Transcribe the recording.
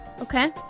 Okay